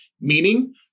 meaning